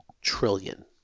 trillion